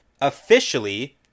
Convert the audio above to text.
officially